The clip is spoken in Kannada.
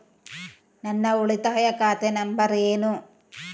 ನನ್ನ ಉಳಿತಾಯ ಖಾತೆ ನಂಬರ್ ಏನು?